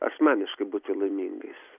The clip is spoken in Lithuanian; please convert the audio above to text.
asmeniškai būti laimingais